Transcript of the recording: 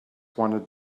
wanted